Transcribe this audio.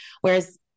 Whereas